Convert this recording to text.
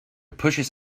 pushes